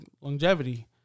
longevity